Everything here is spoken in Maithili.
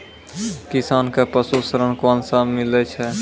किसान कऽ पसु ऋण कोना मिलै छै?